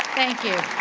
thank you.